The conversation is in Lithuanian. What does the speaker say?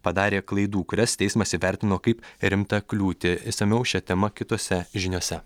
padarė klaidų kurias teismas įvertino kaip rimtą kliūtį išsamiau šia tema kitose žiniose